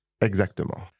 Exactement